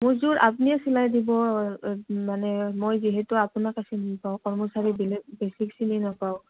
মোৰ যোৰ আপুনিয়ে চিলাই দিব মানে মই যিহেতু আপোনাকে চিনি পাওঁ কৰ্মচাৰী বেলেগ বেছিক চিনি নাপাওঁ